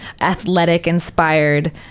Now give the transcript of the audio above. athletic-inspired